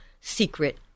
secret